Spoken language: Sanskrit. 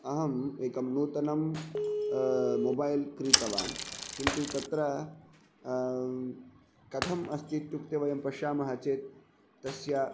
अहम् एकं नूतनं मोबैल् क्रीतवान् किन्तु तत्र कथम् अस्ति इत्युक्ते वयं पश्यामः चेत् तस्य